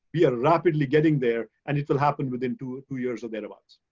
yeah rapidly getting there, and it will happen within two two years of there abouts.